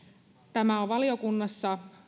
tämä on valiokunnassa